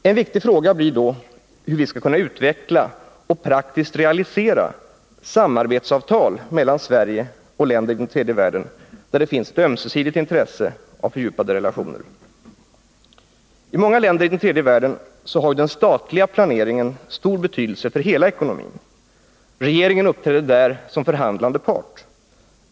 En viktig fråga blir då hur vi skall kunna utveckla och praktiskt realisera samarbetsavtal mellan Sverige och länder i den tredje världen där det finns ett ömsesidigt intresse av fördjupade relationer. I många länder i den tredje världen har den statliga planeringen stor betydelse för hela ekonomin. Regeringen uppträder där som förhandlande part.